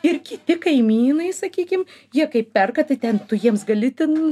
ir kiti kaimynai sakykim jie kai perka tei ten tu jiems gali ten